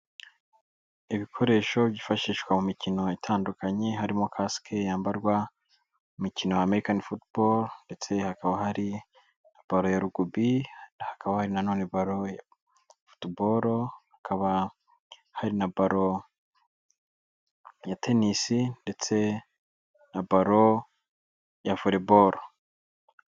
Ibikoresho byifashishwa mu mikino itandukanye. Harimo kasike yambarwa mu umukino wa mericani futubalo, ndetse hakaba hari na balo ya Rugubi, hakaba hari nanone balo ya futubalo, hakaba hari na balo ya tenisi, ndetse na balo ya volebalo.